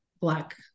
black